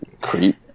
creep